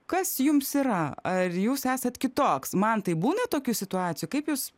kas jums yra ar jūs esat kitoks mantai būna tokių situacijų kaip jūs